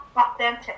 authentic